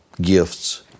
gifts